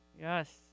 Yes